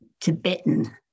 Tibetan